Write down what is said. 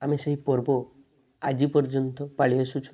ଆମେ ସେଇ ପର୍ବ ଆଜି ପର୍ଯ୍ୟନ୍ତ ପାଳି ଆସୁଛୁ